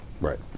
Right